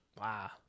Wow